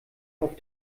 auf